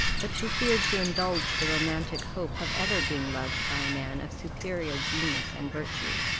but she feared to indulge the romantic hope of ever being loved by a man of superior genius and virtue,